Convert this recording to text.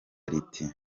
riti